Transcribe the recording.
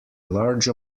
large